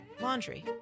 laundry